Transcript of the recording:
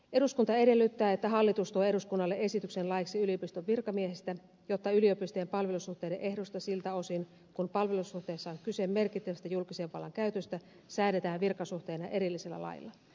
eduskunta edellyttää että hallitus tuo eduskunnalle esityksen laiksi yliopistojen virkamiehistä jotta yliopistojen palvelussuhteiden ehdoista siltä osin kun palvelussuhteissa on kyse merkittävästä julkisen vallan käytöstä säädetään virkasuhteina erillisellä lailla